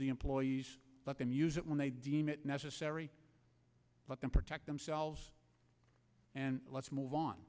the employees but then use it when they deem it necessary let them protect themselves and let's move on